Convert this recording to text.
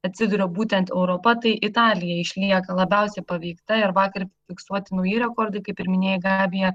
atsiduria būtent europa tai italija išlieka labiausiai paveikta ir vakar fiksuoti nauji rekordai kaip ir minėjai gabija